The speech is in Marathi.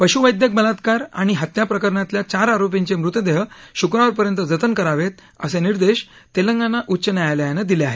पशुवैद्यक बलात्कार आणि हत्या प्रकरणातल्या चार आरोपींचे मृतदेह शुक्रवारपर्यंत जतन करावेत असे निर्देश तेलंगणा उच्च न्यायालयानं दिले आहेत